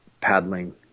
paddling